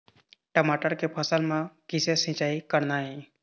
टमाटर के फसल म किसे सिचाई करना ये?